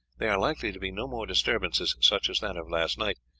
there are likely to be no more disturbances such as that of last night,